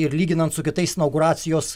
ir lyginant su kitais inauguracijos